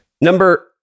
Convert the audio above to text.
Number